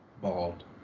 Bald